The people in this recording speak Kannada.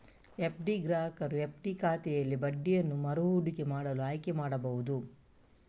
ಎಫ್.ಡಿ ಗ್ರಾಹಕರು ಎಫ್.ಡಿ ಖಾತೆಯಲ್ಲಿ ಬಡ್ಡಿಯನ್ನು ಮರು ಹೂಡಿಕೆ ಮಾಡಲು ಆಯ್ಕೆ ಮಾಡಬಹುದು